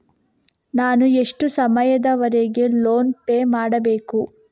ನಾನು ಎಷ್ಟು ಸಮಯದವರೆಗೆ ಲೋನ್ ಪೇ ಮಾಡಬೇಕು?